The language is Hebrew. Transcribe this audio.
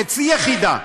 חצי יחידה.